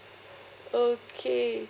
okay